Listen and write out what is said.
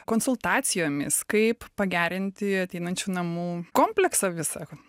konsultacijomis kaip pagerinti ateinančių namų kompleksą visą